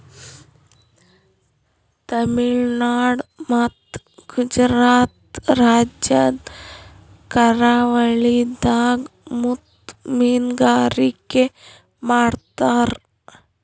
ತಮಿಳುನಾಡ್ ಮತ್ತ್ ಗುಜರಾತ್ ರಾಜ್ಯದ್ ಕರಾವಳಿದಾಗ್ ಮುತ್ತ್ ಮೀನ್ಗಾರಿಕೆ ಮಾಡ್ತರ್